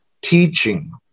teaching